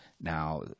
Now